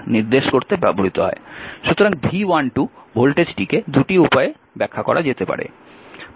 সুতরাং V12 ভোল্টেজটিকে 2টি উপায়ে ব্যাখ্যা করা যেতে পারে